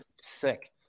sick